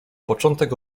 początek